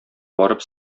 барып